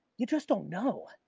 you just don't know.